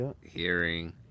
hearing